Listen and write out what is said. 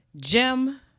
Jim